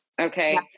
okay